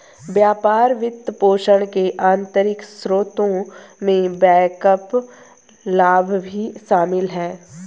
व्यापार वित्तपोषण के आंतरिक स्रोतों में बैकअप लाभ भी शामिल हैं